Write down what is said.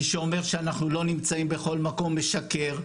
מי שאומר שאנחנו לא נמצאים בכל מקום משקר.